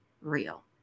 real